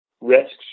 risks